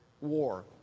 war